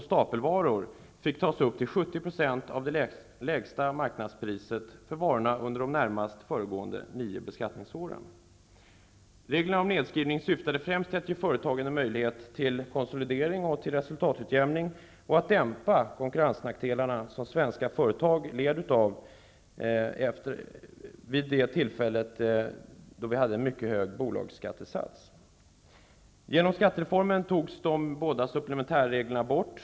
Supplementärregel 2 Reglerna om nedskrivning syftade främst till att ge företagen en möjlighet till konsolidering och resultatutjämning och att dämpa de konkurrensnackdelar svenska företag led av, genom en vid det tillfället mycket hög bolagsskattesats. Genom skattereformen togs de båda supplementärreglerna bort.